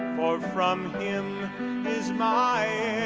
for from him is my